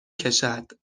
کشد